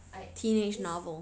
teenage novel